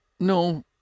No